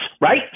right